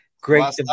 great –